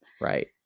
right